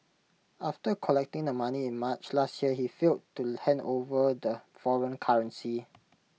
after collecting the money in March last year he failed to hand over the foreign currency